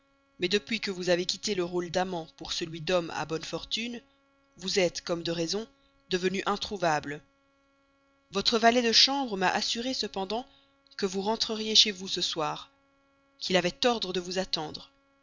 mais depuis que vous avez quitté le rôle d'amant pour celui d'homme à bonnes fortunes vous êtes comme de raison devenu introuvable votre valet de chambre m'a assuré cependant que vous rentreriez chez vous ce soir qu'il avait ordre de vous attendre